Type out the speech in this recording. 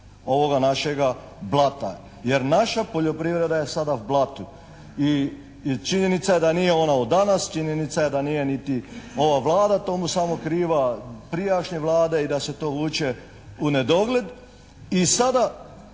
ovoga našega blata. Jer naša poljoprivreda je sada u blatu. I činjenica je da nije ona od danas. Činjenica je da nije niti ova Vlada tomu samo kriva. Prijašnje vlade. I da se to vuče u nedogled. I sada